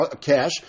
cash